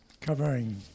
covering